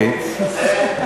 אזיקים,